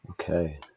Okay